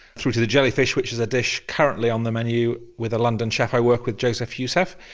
through to the jellyfish which is a dish currently on the menu with a london chef i work with, joseph youssef.